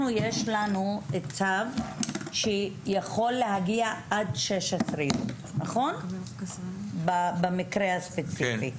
יש לנו צו שיכול להגיע עד 16 יום במקרה הספציפי,